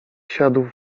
siadł